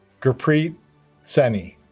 gurpreet saini